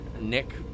Nick